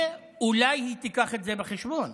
ואולי היא תיקח את זה בחשבון.